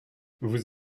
vous